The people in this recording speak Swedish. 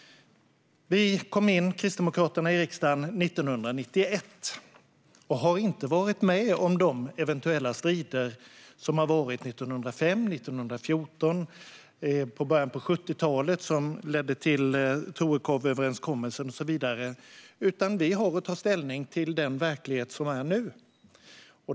Kristdemokraterna kom in i riksdagen 1991 och har inte varit med om de strider som har varit 1905, 1914 och i början på 70-talet, som ledde till Torekovsöverenskommelsen, utan vi har att ta ställning till den verklighet som är nu.